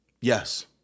Yes